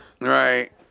right